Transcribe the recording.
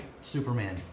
Superman